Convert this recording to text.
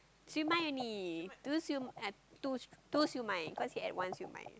siew-mai only two siew two siew-mai cause he had one with my